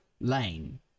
lane